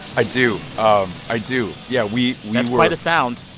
i do. um i do yeah, we were. that's quite a sound.